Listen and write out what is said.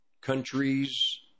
countries